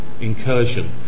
incursion